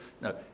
No